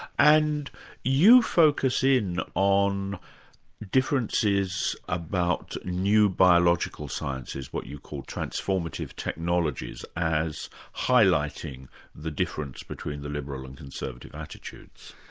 and you focus in on differences about new biological sciences, what you call transformative technologies, as highlighting the difference between the liberal and conservative attitudes?